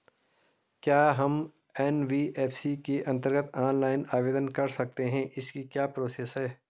क्या हम एन.बी.एफ.सी के अन्तर्गत ऑनलाइन आवेदन कर सकते हैं इसकी क्या प्रोसेस है?